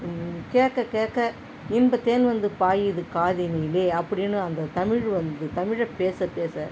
கேட்க கேட்க இன்பத் தேன் வந்து பாயுது காதினிலே அப்படினு அந்த தமிழ் வந்து தமிழை பேச பேச